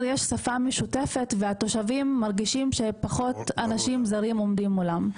יש שפה משותפת והתושבים מרגישים שפחות אנשים זרים עומדים מולם.